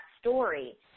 story